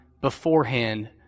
beforehand